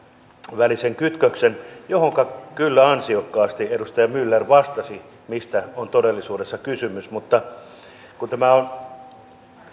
välisen kytköksen johonka kyllä ansiokkaasti edustaja myller vastasi mistä on todellisuudessa kysymys mutta kun on